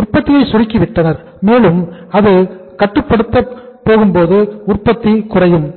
உற்பத்தியை சுருக்கி விட்டனர் மேலும் அது கட்டுப்படுத்தும் போது உற்பத்தி குறையும்